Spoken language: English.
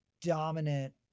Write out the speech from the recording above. dominant